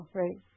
right